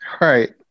Right